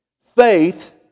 Faith